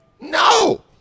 No